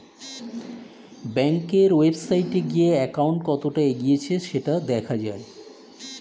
ব্যাংকের ওয়েবসাইটে গিয়ে অ্যাকাউন্ট কতটা এগিয়েছে সেটা দেখা যায়